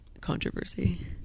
controversy